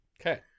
okay